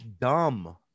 dumb